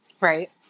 Right